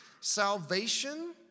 Salvation